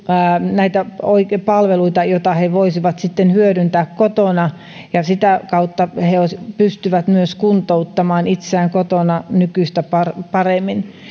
näitä palveluita joita he voisivat sitten hyödyntää kotona ja sitä kautta he he pystyvät myös kuntouttamaan itseään kotona nykyistä paremmin paremmin